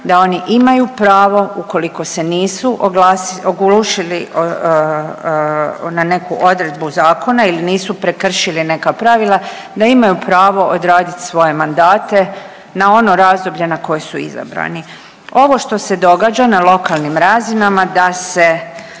da oni imaju pravo ukoliko se nisu oglušili na neku odredbu zakona ili nisu prekršili neka pravila, da imaju pravo odraditi svoje mandate na ono razdoblje na koje su izabrani. Ovo što se događa na lokalnim razinama da se